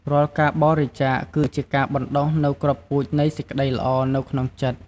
រាល់ការបរិច្ចាគ គឺជាការបណ្ដុះនូវគ្រាប់ពូជនៃសេចក្ដីល្អនៅក្នុងចិត្ត។